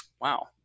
wow